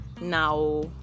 Now